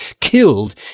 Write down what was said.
killed